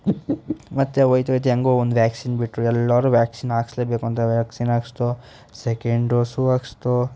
ಮತ್ತು ಹೋಯ್ತಾ ಹೋಯ್ತಾ ಹೆಂಗೋ ಒಂದು ವ್ಯಾಕ್ಸಿನ್ ಬಿಟ್ಟರು ಎಲ್ಲರೂ ವ್ಯಾಕ್ಸಿನ್ ಹಾಕ್ಸ್ಲೇಬೇಕು ಅಂತ ವ್ಯಾಕ್ಸಿನ್ ಹಾಕ್ಸ್ದೋ ಸೆಕೆಂಡ್ ಡೋಸು ಹಾಕ್ಸ್ದೋ